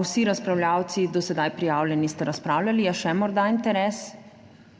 Vsi razpravljavci, do sedaj prijavljeni, ste razpravljali. Je morda še interes